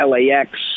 LAX